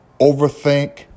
overthink